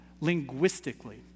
linguistically